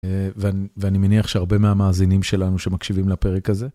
ואני מניח שהרבה מהמאזינים שלנו שמקשיבים לפרק הזה.